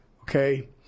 Okay